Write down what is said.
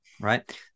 right